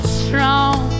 strong